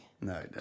No